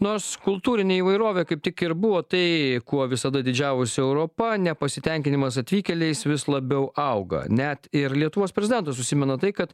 nors kultūrinė įvairovė kaip tik ir buvo tai kuo visada didžiavosi europa nepasitenkinimas atvykėliais vis labiau auga net ir lietuvos prezidentas užsimena tai kad